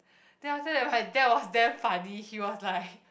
then after that my dad was damn funny he was like